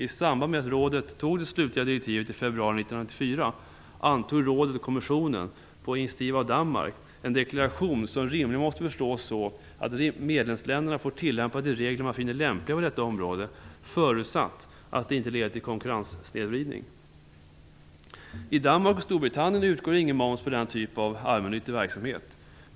I samband med att rådet tog det slutliga direktivet i februari 1994 antog rådet och kommissionen på initiativ av Danmark en deklaration som rimligen måste förstås så att medlemsländerna får tillämpa de regler man finner lämpliga på detta område förutsatt att de inte leder till konkurrenssnedvridning. I Danmark och Storbritannien utgår ingen moms på denna typ av allmännyttig verksamhet.